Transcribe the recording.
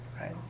right